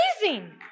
amazing